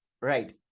Right